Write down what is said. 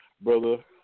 Brother